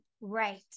right